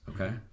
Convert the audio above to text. Okay